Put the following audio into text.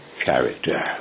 character